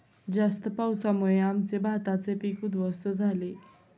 जास्त पावसामुळे आमचे भाताचे पीक उध्वस्त झाले